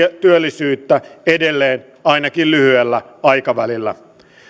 työllisyyttä edelleen ainakin lyhyellä aikavälillä